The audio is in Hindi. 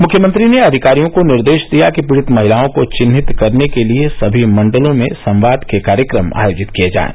मुख्यमंत्री ने अधिकारियों को निर्देश दिया कि पीड़ित महिलाओं को चिन्हित करने के लिये सभी मण्डलों में संवाद के कार्यक्रम आयोजित किये जाएं